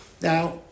Now